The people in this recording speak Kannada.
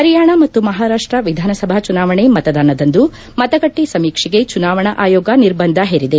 ಹರಿಯಾಣ ಮತ್ತು ಮಹಾರಾಷ್ಟ್ ವಿಧಾನಸಭಾ ಚುನಾವಣೆ ಮತದಾನದಂದು ಮತಗಟ್ಟಿ ಸಮೀಕ್ಷೆಗೆ ಚುನಾವಣಾ ಆಯೋಗ ನಿರ್ಬಂಧ ಹೇರಿದೆ